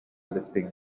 listing